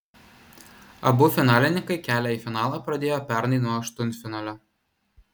abu finalininkai kelią į finalą pradėjo pernai nuo aštuntfinalio